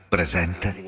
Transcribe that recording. Presente